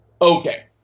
okay